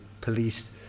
police